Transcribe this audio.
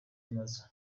nazo